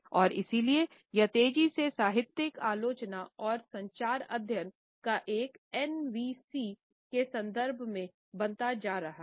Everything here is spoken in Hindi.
और इसलिए यह तेजी से साहित्यिक आलोचना और संचार अध्ययन का एक हिस्सा NVC के संदर्भ में बनता जा रहा है